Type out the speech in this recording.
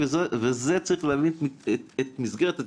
וצריך להבין את מסגרת הדיון,